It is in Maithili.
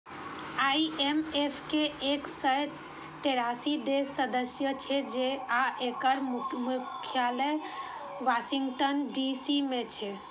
आई.एम.एफ के एक सय तेरासी देश सदस्य छै आ एकर मुख्यालय वाशिंगटन डी.सी मे छै